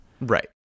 Right